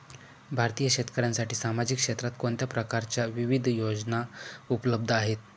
भारतीय शेतकऱ्यांसाठी सामाजिक क्षेत्रात कोणत्या प्रकारच्या विविध योजना उपलब्ध आहेत?